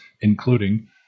including